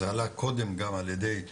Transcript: זה עלה קודם גם על ידי יאנוח,